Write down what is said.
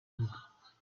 kibuga